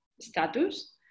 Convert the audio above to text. status